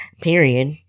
period